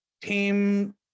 Team